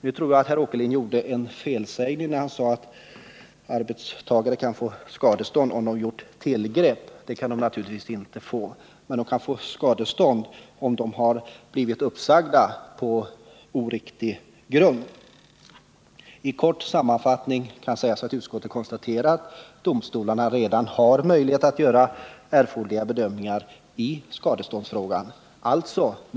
Jag tror att herr Åkerlind gjorde en felsägning när han sade att arbetstagare kan få skadestånd även om de gjort sig skyldiga till tillgreppsbrott. Det kan de naturligtvis inte få, men de kan få skadestånd om de blivit uppsagda på oriktig grund. I kort sammanfattning kan sägas att utskottet konstaterar att domstolarna redan har möjlighet att göra erforderliga skälighetsbedömningar i skadeståndsfrågan.